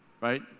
Right